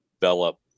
develop